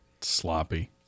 sloppy